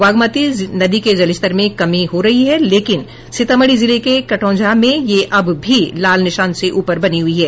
बागमती नदी के जलस्तर में कमी हो रही है लेकिन सीतामढ़ी जिले के कटौंझा में यह अब भी लाल निशान से ऊपर बनी हुई है